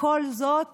וכל זאת